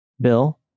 Bill